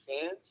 fans